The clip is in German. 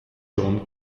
john